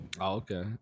Okay